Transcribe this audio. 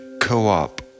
co-op